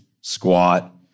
squat